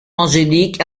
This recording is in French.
angélique